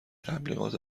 تبلیغات